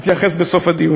נתייחס בסוף הדיון.